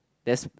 that's